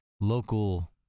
local